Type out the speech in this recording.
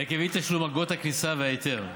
עקב אי-תשלום אגרות הכניסה וההיתר,